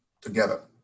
together